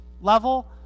Level